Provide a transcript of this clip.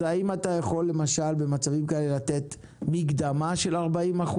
אז האם אתה יכול למשל במצבים כאלה לתת מקדמה של 40%